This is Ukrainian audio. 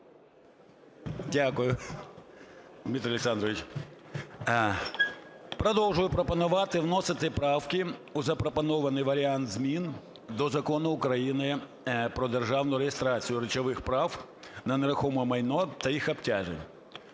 Дякую, Дмитре Олександровичу. Продовжую пропонувати вносити правки у запропонований варіант змін до Закону України "Про державну реєстрацію речових прав на нерухоме майно та їх обтяжень".